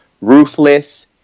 ruthless